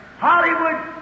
Hollywood